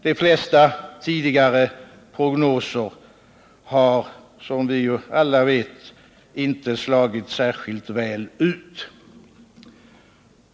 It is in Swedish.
De flesta tidigare prognoser har, som vi alla vet, inte slagit särskilt väl ut.